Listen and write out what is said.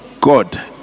God